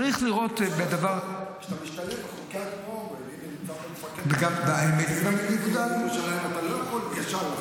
כדי --- כשאתה משתלב --- אתה לא יכול לחתוך ישר.